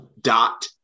dot